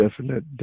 definite